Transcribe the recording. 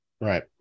Right